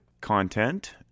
content